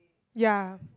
ya